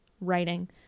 writing